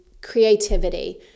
creativity